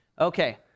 Okay